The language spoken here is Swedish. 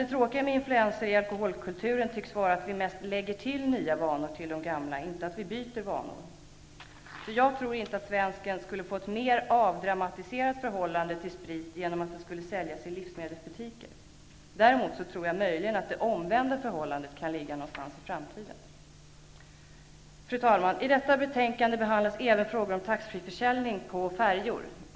Det tråkiga med influenser i alkoholkulturen tycks vara att vi mest lägger nya vanor till de gamla -- vi byter inte vanor. Jag tror inte att svensken skulle få ett mer avdramatiserat förhållande till sprit genom att den skulle säljas i livsmedelsbutiker. Däremot tror jag möjligen att det omvända förhållandet kan tänkas någon gång i framtiden. Fru talman! I detta betänkande behandlas även frågor om taxfreeförsäljning på färjor.